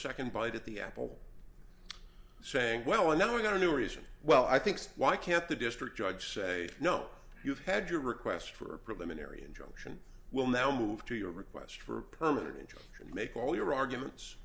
second bite at the apple saying well and then we got a new reason well i thinks why can't the district judge say no you've had your request for a preliminary injunction will now move to your request for a permanent injunction to make all your arguments